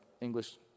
English